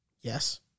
Yes